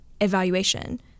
evaluation